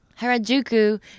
Harajuku